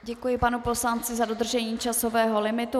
Děkuji panu poslanci za dodržení časového limitu.